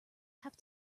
have